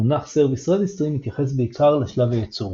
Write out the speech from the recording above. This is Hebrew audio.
המונח Service Registry מתייחס בעיקר לשלב הייצור.